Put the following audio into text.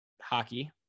hockey